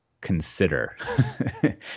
consider